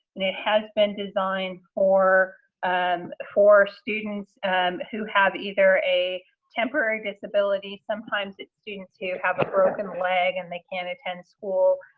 and it has been designed for and for students who have either a temporary disability, sometimes it's students who have a broken leg and they can't attend school.